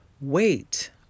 Wait